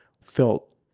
felt